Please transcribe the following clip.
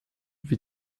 wie